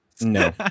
No